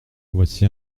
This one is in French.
voici